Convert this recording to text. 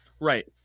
Right